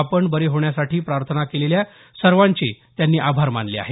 आपण बरे होण्यासाठी प्रार्थना केलेल्या सर्वांचे त्यांनी आभार मानले आहेत